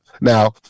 now